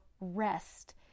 rest